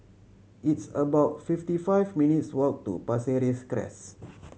it's about fifty five minutes' walk to Pasir Ris Crest